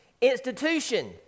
institution